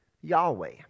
Yahweh